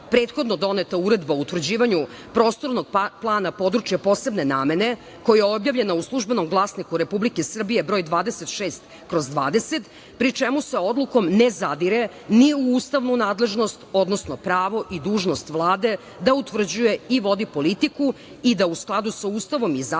prethodno doneta Uredba o utvrđivanju prostornog plana područja posebne namene koja je objavljena u „Službenom glasniku Republike Srbije“ broj 26/20, pri čemu se odlukom ne zadire ni u ustavnu nadležnost, odnosno pravo i dužnost Vlade da utvrđuje i vodi politiku i da u skladu sa Ustavom i zakonom